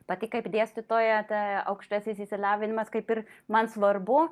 pati kaip dėstytoja tai aukštasis išsilavinimas kaip ir man svarbu